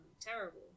terrible